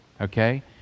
Okay